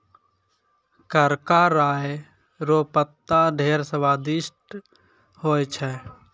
करका राय रो पत्ता ढेर स्वादिस्ट होय छै